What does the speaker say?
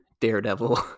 daredevil